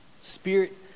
Spirit